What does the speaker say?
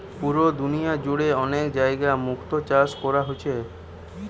পুরা দুনিয়া জুড়ে অনেক জাগায় মুক্তো চাষ কোরা হচ্ছে